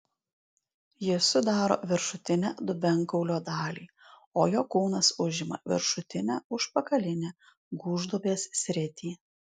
jis sudaro viršutinę dubenkaulio dalį o jo kūnas užima viršutinę užpakalinę gūžduobės sritį